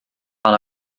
pan